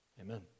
Amen